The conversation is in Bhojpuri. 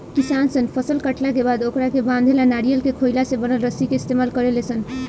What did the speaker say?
किसान सन फसल काटला के बाद ओकरा के बांधे ला नरियर के खोइया से बनल रसरी के इस्तमाल करेले सन